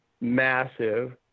massive